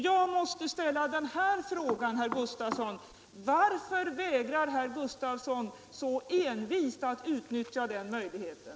Jag måste därför slutligen ställa frågan: Varför vägrar herr Gustavsson så envist att utnyttja den möjligheten?